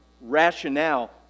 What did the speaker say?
rationale